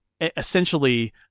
essentially